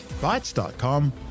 Bytes.com